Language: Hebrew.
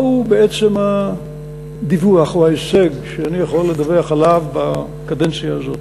מהו בעצם הדיווח או ההישג שאני יכול לדווח עליו בקדנציה הזאת?